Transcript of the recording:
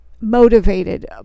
Motivated